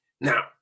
Now